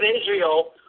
Israel